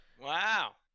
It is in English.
Wow